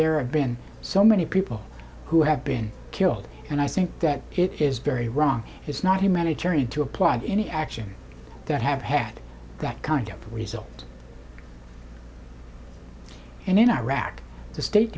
there are been so many people who have been killed and i think that it is very wrong it's not humanitarian to applaud any actions that have had that kind of result and in iraq the state